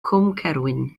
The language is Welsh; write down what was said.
cwmcerwyn